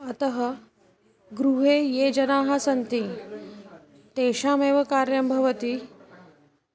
अतः गृहे ये जनाः सन्ति तेषामेव कार्यं भवति